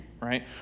right